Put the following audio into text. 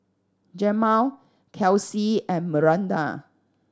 Jemal Kelcie and Miranda